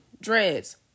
dreads